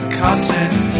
content